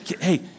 Hey